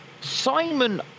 Simon